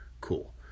cool